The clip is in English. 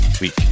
week